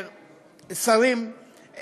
שרים,